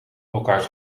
elkaars